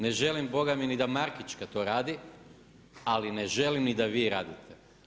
Ne želim Boga mi ni da Markićka to radi, ali ne želim ni da vi radite.